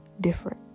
different